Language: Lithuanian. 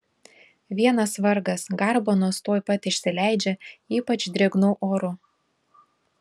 vienas vargas garbanos tuoj pat išsileidžia ypač drėgnu oru